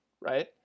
right